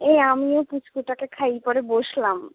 এই আমিও পুচকুটাকে খাইয়ে পরে বসলাম